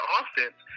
offense